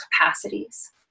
capacities